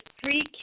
three